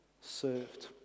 served